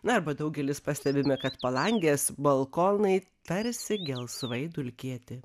na arba daugelis pastebime kad palangės balkonai tarsi gelsvai dulkėti